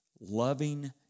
loving